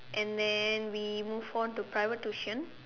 and then we move on to private tuition